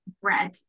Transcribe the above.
bread